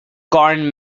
corn